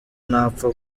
ntapfa